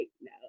no